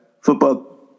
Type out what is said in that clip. football